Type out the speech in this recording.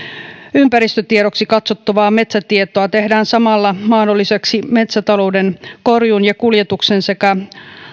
ympäristötiedoksi katsottavaa metsätietoa tehdään samalla mahdolliseksi metsätalouden korjuun ja kuljetuksen sekä